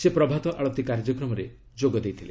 ସେ ପ୍ରଭାତ ଆଳତୀ କାର୍ଯ୍ୟକ୍ରମରେ ଯୋଗ ଦେଇଛନ୍ତି